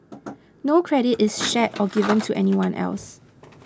no credit is shared or given to anyone else